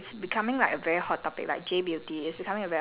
ya ya their products are very natural also